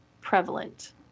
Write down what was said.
prevalent